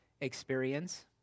experience